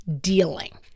dealing